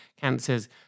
cancers